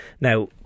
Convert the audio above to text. Now